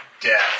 death